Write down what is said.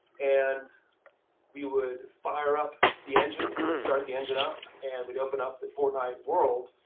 and we would fire up the engine you know start the engine up. and we'd open up the fortnite world.